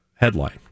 Headline